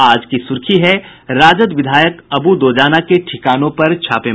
आज की सुर्खी है राजद विधायक अबू दोजाना के ठिकानों पर छापे